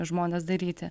žmonės daryti